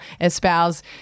espouse